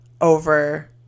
over